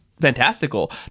fantastical